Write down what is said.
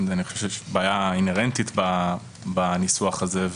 אני חושב שזאת בעיה אינהרנטית בניסוח הזה,